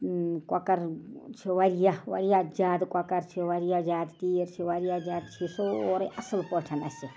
کۄکَر چھِ واریاہ واریاہ زیادٕ کۄکَر چھِ واریاہ زیادٕ تیٖر چھِ واریاہ زیادٕ چھِ سورٕے اَصٕل پٲٹھۍ اَسہِ